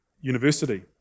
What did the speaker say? University